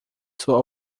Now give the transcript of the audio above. sua